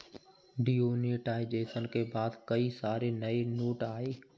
demonetisation के बाद कई सारे नए नोट आये